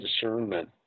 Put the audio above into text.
discernment